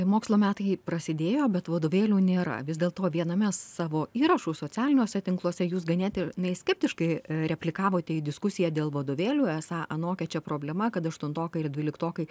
mokslo metai prasidėjo bet vadovėlių nėra vis dėlto viename savo įrašų socialiniuose tinkluose jūs ganėtinai skeptiškai replikavote į diskusiją dėl vadovėlių esą anokia čia problema kad aštuntokai ir dvyliktokai